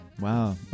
Wow